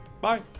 bye